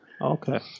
Okay